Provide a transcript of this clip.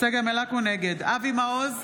נגד אבי מעוז,